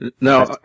now